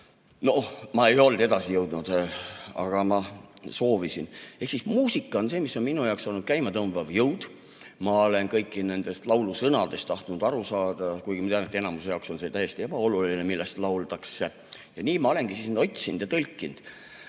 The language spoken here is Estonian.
Noh, ma ei olnud edasijõudnu, aga ma soovisin. Ehk siis muusika on see, mis on minu jaoks olnud käimatõmbav jõud. Ma olen kõikidest nendest laulusõnadest tahtnud aru saada, kuigi ma tean, et enamuse jaoks on see täiesti ebaoluline, millest lauldakse. Ja nii ma olengi otsinud ja tõlkinud.